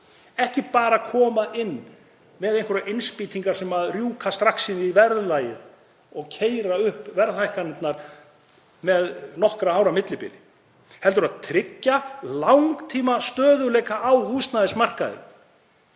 ekki bara að koma inn með einhverjar innspýtingar sem rjúka strax inn í verðlagið og keyra upp verðhækkanir með nokkurra ára millibili heldur tryggja langtímastöðugleika á húsnæðismarkaði